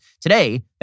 Today